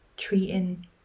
treating